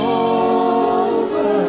over